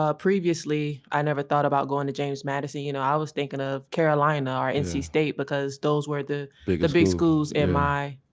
ah previously i never thought about going to james madison. you know, i was thinking of carolina, or and nc state because those were the big the big schools in my,